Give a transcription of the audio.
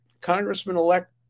Congressman-elect